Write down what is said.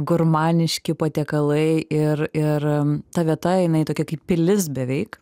gurmaniški patiekalai ir ir ta vieta jinai tokia kaip pilis beveik